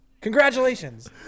Congratulations